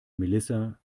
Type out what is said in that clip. melissa